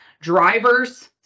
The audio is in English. drivers